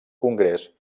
congrés